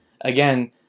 Again